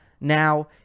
Now